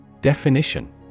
Definition